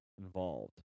involved